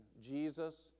Jesus